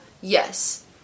yes